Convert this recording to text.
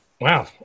Wow